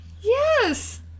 Yes